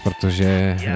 protože